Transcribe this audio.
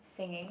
singing